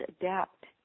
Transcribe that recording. adapt